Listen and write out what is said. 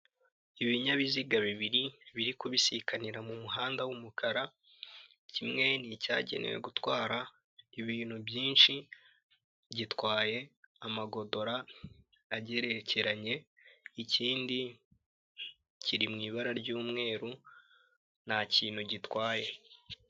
Ibinyabiziga bibiri biri kubisikanira mu muhanda w'umukara, kimwe n'icyagenewe gutwara ibintu byinshi gitwaye amagodora agerekeranye, ikindi kiri mu ibara ry'umweru nta kintu gitwaye.